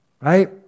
Right